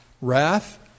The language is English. Wrath